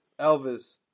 Elvis